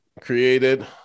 Created